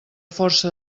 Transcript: força